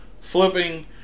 flipping